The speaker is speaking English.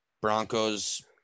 Broncos